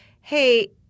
hey –